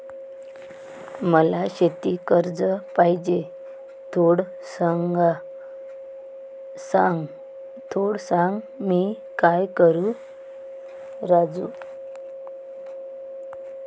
मला शेती कर्ज पाहिजे, थोडं सांग, मी काय करू राजू?